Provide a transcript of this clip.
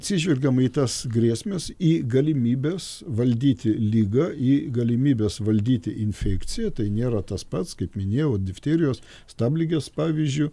atsižvelgiama į tas grėsmes į galimybes valdyti ligą į galimybes valdyti infekciją tai nėra tas pats kaip minėjau difterijos stabligės pavyzdžiu